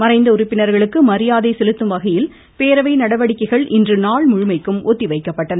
மறைந்த உறுப்பினர்களுக்கு மரியாதை செலுத்தும்வகையில் பேரவை நடவடிக்கைகள் இன்று நாள் முழுமைக்கும் ஒத்திவைக்கப்பட்டன